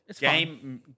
game